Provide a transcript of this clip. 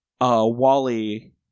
Wally